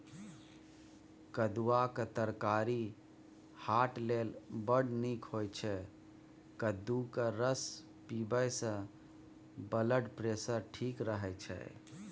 कद्दुआक तरकारी हार्ट लेल बड़ नीक होइ छै कद्दूक रस पीबयसँ ब्लडप्रेशर ठीक रहय छै